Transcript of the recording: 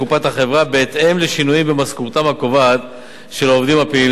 החברה בהתאם לשינויים במשכורתם הקובעת של העובדים הפעילים,